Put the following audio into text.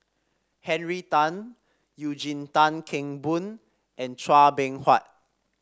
Henry Tan Eugene Tan Kheng Boon and Chua Beng Huat